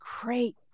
great